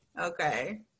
Okay